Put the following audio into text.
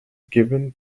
given